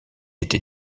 été